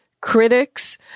critics